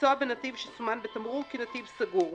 לנסוע בנתיב שסומן בתמרור כנתיב סגור.